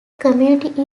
community